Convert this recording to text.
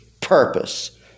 purpose